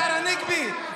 השר הנגבי,